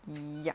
yup